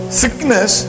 sickness